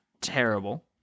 terrible